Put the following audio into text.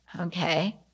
Okay